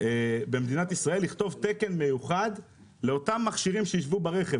במדינת ישראל לכתוב תקן מיוחד לאותם מכשירים שיישבו ברכב.